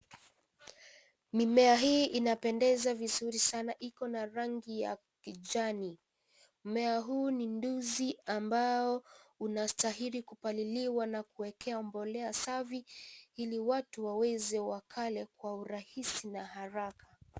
Mimea hii inapendeza vizuri sana iko na rangi ya kijani, mmea huu ni ndizi ambao unastahili kupaliliwa na kuekewa mbolea safi ili watu waweze wakale kwa urahisi na raha.